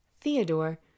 Theodore